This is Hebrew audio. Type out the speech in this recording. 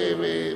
הביטחון.